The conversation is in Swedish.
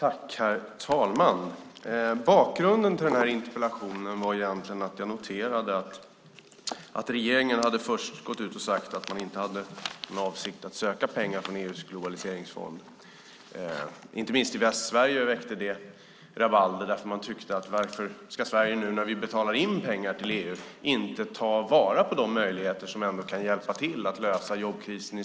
Herr talman! Bakgrunden till interpellationen är att jag noterade att regeringen först gick ut och sade att man inte hade för avsikt att söka pengar ur EU:s globaliseringsfond. Det väckte rabalder, inte minst i Västsverige. Man tyckte: Varför ska inte Sverige, när vi ändå betalar in pengar till EU, ta vara på de möjligheter som kan hjälpa till att lösa jobbkrisen?